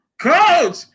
Coach